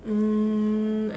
um